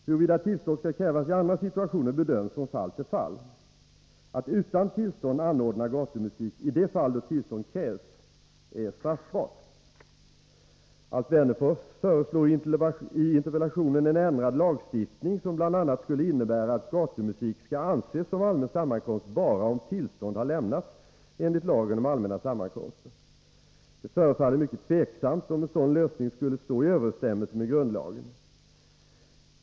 Huruvida tillstånd: skall krävas i andra situationer bedöms från fall till fall. Att utan tillstånd anordna gatumusik i de fall då tillstånd krävs är straffbart. Alf Wennerfors föreslår i interpellationen en ändrad lagstiftning som bl.a. skulle innebära att gatumusik skall anses som allmän sammankomst bara om tillstånd har lämnats enligt lagen om allmänna sammankomster. Det förefaller mycket tvivelaktigt om en sådan lösning skulle stå i överensstämmelse med grundlagen.